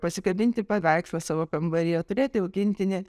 pasikabinti paveikslą savo kambaryje turėti augintinį